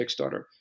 kickstarter